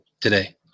today